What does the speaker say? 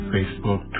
Facebook